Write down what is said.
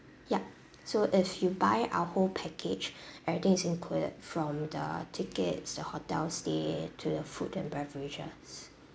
ya so if you buy our whole package everything is included from the tickets the hotel stay to the food and beverages